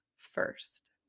first